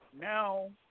now